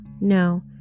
No